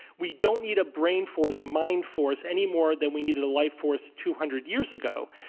we don't need a brain force, a mind force any more than we needed a life force two hundred years ago.